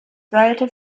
sollte